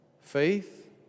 faith